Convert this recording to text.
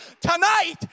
tonight